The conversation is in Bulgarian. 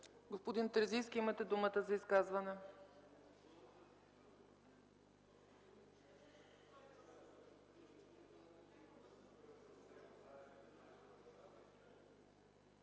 Господин Терзийски, имате думата за изказване.